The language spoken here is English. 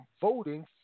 voting